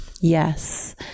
yes